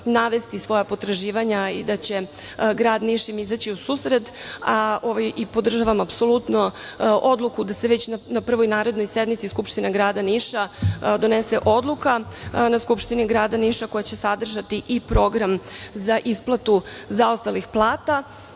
svoja potraživanja i da će im grad Niš izaći u susret. Apsolutno podržavam odluku da se već na narednoj sednici Skupštine grada Niša donese odluka na Skupštini grada Niša, koja će sadržati i program za isplatu zaostalih plata